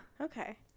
Okay